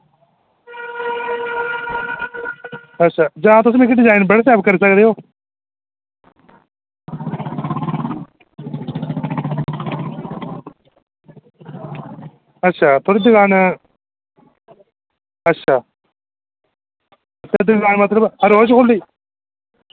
अच्छा जां तुस मिगी डिजाइन व्हाट्सएप करी सकदे ओ अच्छा थुआढ़ी दकान अच्छा मतलब हर रोज़ खोह्लनी